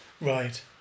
Right